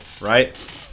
right